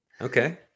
Okay